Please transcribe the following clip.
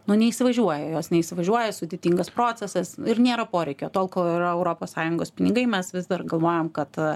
nu neįsivažiuoja jos neįsivažiuoja sudėtingas procesas ir nėra poreikio tol kol yra europos sąjungos pinigai mes vis dar galvojam kad